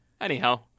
Anyhow